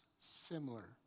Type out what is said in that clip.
similar